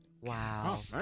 Wow